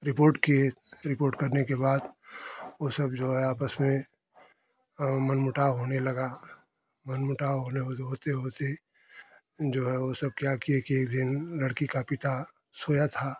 report किए report करने के बाद वो सब जो है आपस में मनमुटाव होने लगा मनमुटाव होने होते होते होते जो है वो सब क्या किए कि एक दिन लड़की का पिता सोया था